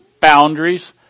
boundaries